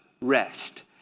rest